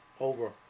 over